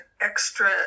extra